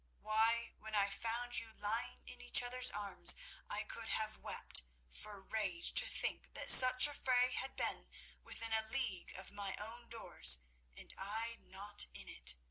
why, when i found you lying in each other's arms i could have wept for rage to think that such a fray had been within a league of my own doors and i not in it.